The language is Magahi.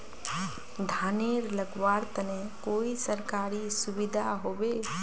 धानेर लगवार तने कोई सरकारी सुविधा होबे?